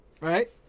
Right